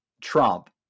Trump